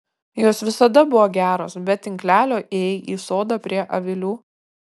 jos visada buvo geros be tinklelio ėjai į sodą prie avilių